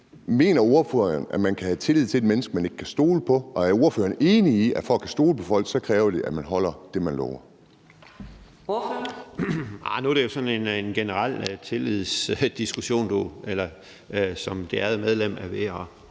Mener ordføreren, at man kan have tillid til et menneske, man ikke kan stole på? Og er ordføreren enig i, at for at kunne stole på folk kræver det, at man holder det, man lover? Kl. 15:32 Fjerde næstformand (Karina Adsbøl): Ordføreren.